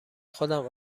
خودم